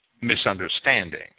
misunderstanding